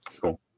Cool